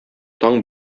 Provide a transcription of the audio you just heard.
таң